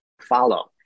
follow